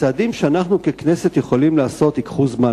הצעדים שאנחנו ככנסת יכולים לעשות ייקחו זמן.